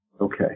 Okay